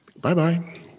Bye-bye